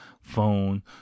phone